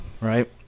right